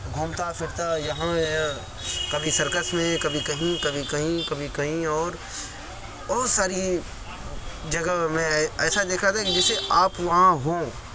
گھومتا فرتا یہاں یا کبھی سرکس میں کبھی کہیں کبھی کہیں کبھی کہیں اور بہت ساری جگہ میں ایسا دیکھا گیا کہ جیسے آپ وہاں ہوں